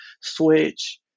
Switch